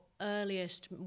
earliest